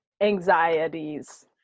anxieties